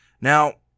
Now